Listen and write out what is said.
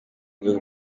rwego